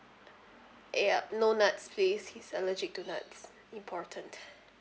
ya no nuts please he's allergic to nuts important